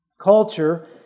culture